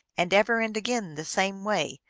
and ever and again the same way,